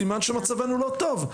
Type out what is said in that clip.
זה סימן שמצבנו לא טוב,